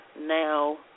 now